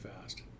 fast